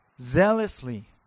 zealously